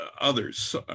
others